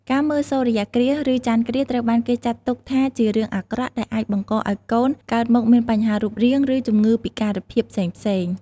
ការមើលសូរគ្រាស ឬចន្ទគ្រាស ត្រូវបានគេចាត់ទុកថា ជារឿងអាក្រក់ដែលអាចបង្កឲ្យកូនកើតមកមានបញ្ហារូបរាង ឬជំងឺពិការភាពផ្សេងៗ ។